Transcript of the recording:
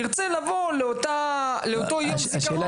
ירצה לבוא לאותו יום זיכרון כי חשוב לו.